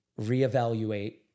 reevaluate